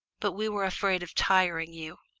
but we were afraid of tiring you.